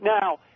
now